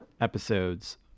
episodes